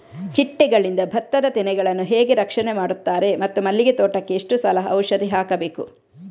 ಚಿಟ್ಟೆಗಳಿಂದ ಭತ್ತದ ತೆನೆಗಳನ್ನು ಹೇಗೆ ರಕ್ಷಣೆ ಮಾಡುತ್ತಾರೆ ಮತ್ತು ಮಲ್ಲಿಗೆ ತೋಟಕ್ಕೆ ಎಷ್ಟು ಸಲ ಔಷಧಿ ಹಾಕಬೇಕು?